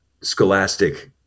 scholastic